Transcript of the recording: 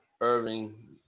Irving